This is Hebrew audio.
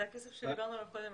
זה הכסף שדיברנו עליו קודם,